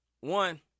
one